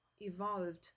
evolved